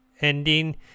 ending